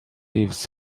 leaves